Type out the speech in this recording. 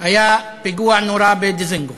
לפני יומיים היה פיגוע נורא בדיזנגוף,